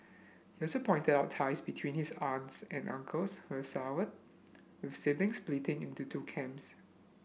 he also pointed out ties between his aunts and uncles have soured with the siblings split into two camps